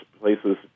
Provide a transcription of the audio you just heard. places